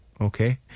okay